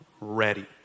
ready